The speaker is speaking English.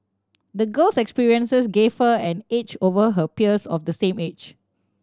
the girl's experiences gave her an edge over her peers of the same age